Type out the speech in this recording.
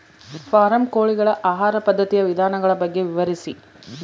Form ಕೋಳಿಗಳ ಆಹಾರ ಪದ್ಧತಿಯ ವಿಧಾನಗಳ ಬಗ್ಗೆ ವಿವರಿಸಿ?